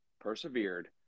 persevered